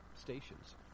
stations